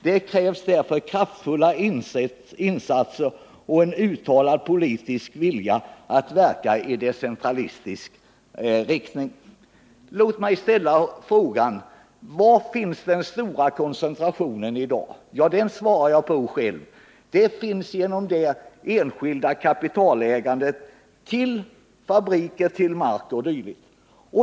Det krävs därför kraftfulla insatser och en uttalad politisk vilja att verka i decentralistisk riktning.” Låt mig ställa frågan: Var finns den stora koncentrationen i dag? Denna fråga kan jag själv svara på. Den finns inom det enskilda kapitalägandet, ägandet av fabriker, mark o. d.